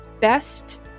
best